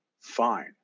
Fine